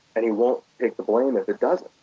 and he won't take the blame if it doesn't,